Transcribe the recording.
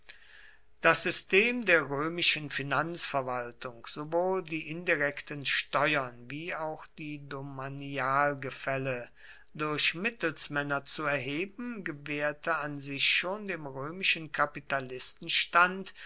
das system der römischen finanzverwaltung sowohl die indirekten steuern wie auch die domanialgefälle durch mittelsmänner zu erheben gewährte an sich schon dem römischen